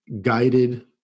guided